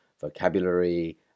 vocabulary